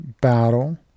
battle